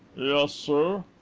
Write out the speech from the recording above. yes, sir.